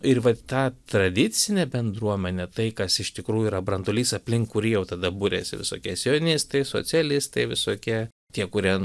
ir vat tą tradicinę bendruomenę tai kas iš tikrųjų yra branduolys aplink kurį jau tada buriasi visokie sionistai socialistai visokie tie kurie